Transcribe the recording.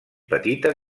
petita